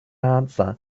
answer